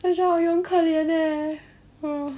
很可怜 leh